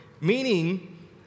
Meaning